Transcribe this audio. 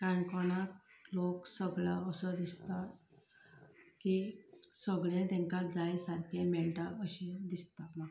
काणकोणाक लोक सगळो आसो दिसता की सगळें तेंका जाय सारकें मेळटा अशें दिसता म्हाका